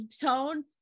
tone